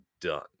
done